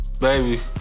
Baby